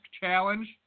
challenge